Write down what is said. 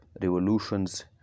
revolutions